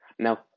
Now